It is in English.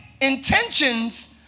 Intentions